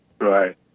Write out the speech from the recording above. Right